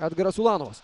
edgaras ulanovas